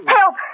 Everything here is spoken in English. Help